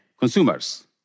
Consumers